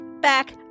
back